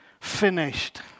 finished